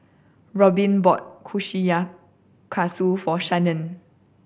Robbin bought Kushikatsu for Shannen